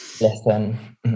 Listen